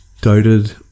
doubted